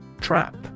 Trap